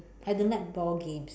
I don't like ball games